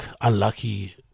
unlucky